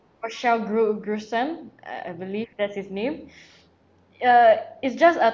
michelle gru~ grueson uh I believe that's his name uh it's just a